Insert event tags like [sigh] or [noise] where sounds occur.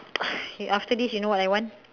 [noise] after this you know what I want